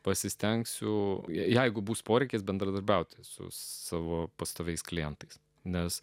pasistengsiu jeigu bus poreikis bendradarbiauti su savo pastoviais klientais nes